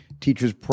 Teachers